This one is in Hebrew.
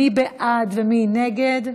מי בעד ומי נגד?